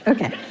Okay